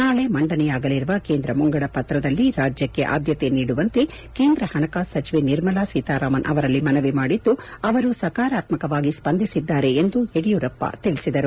ನಾಳೆ ಮಂಡನೆಯಾಗಲಿರುವ ಕೇಂದ್ರ ಮುಂಗಡ ಪತ್ರದಲ್ಲಿ ರಾಜ್ಯಕ್ಷೆ ಆದ್ಯತೆ ನೀಡುವಂತೆ ಕೇಂದ್ರ ಪಣಕಾಸು ಸಚಿವೆ ನಿರ್ಮಲಾ ಸೀತಾರಾಮನ್ ಅವರಲ್ಲಿ ಮನವಿ ಮಾಡಿದ್ದು ಅವರು ಸಕಾರಾತ್ಮಕವಾಗಿ ಸ್ವಂದಿಸಿದ್ದಾರೆ ಎಂದು ಯಡಿಯೂರಪ್ಪ ತಿಳಿಸಿದರು